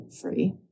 free